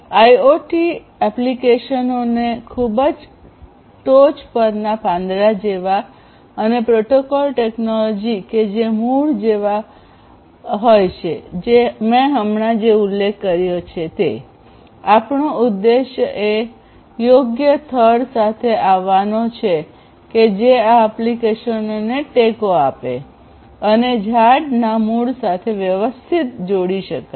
IoT એપ્લિકેશનોને ખૂબ જ ટોચ પરના પાંદડા જેવા અને પ્રોટોકોલ ટેકનોલોજી કે જે મૂળ જેવા મૂળ મેં હમણાં જ ઉલ્લેખ કર્યા છે આપણો ઉદ્દેશ એ યોગ્ય થડ સાથે આવવાનો છે કે જે આ એપ્લિકેશનોને ટેકો આપશે અને ઝાડના મૂળ સાથે વ્યવસ્થિત જોડી શકાય